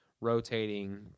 rotating